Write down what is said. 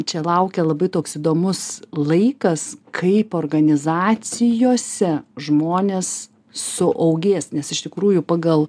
čia laukia labai toks įdomus laikas kaip organizacijose žmonės suaugės nes iš tikrųjų pagal